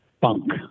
bunk